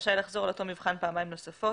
רשאי לחזור על אותו מבחן פעמיים נוספות,